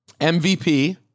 MVP